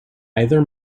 either